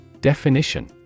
Definition